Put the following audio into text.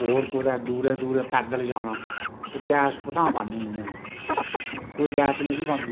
और कुतै दुरै दुरै पैदल जाना ते गैस कुत्थै बननी इय्यां बी कोई गैस नेईं ही बनदी